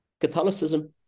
Catholicism